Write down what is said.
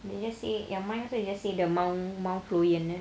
they just say yang mine also just say the mount~ mount floyen